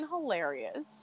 hilarious